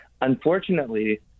unfortunately